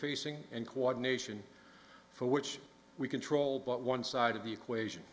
facing and coordination for which we control but one side of the equation